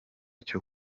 cyo